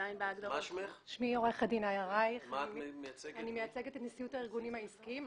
אני מייצגת את נשיאות הארגונים העסקיים.